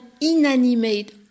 inanimate